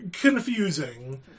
confusing